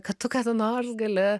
kad tu kada nors gali